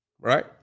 Right